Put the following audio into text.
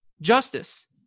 justice